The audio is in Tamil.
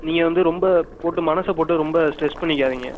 நீங்கள் வந்து ரொம்ப போட்டு மனசை போட்டு ரொம்ப ஸ்ட்ரெஸ் பண்ணிக்காதீங்க